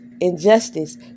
injustice